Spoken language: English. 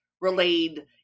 relayed